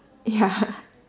ya